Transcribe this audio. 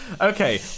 okay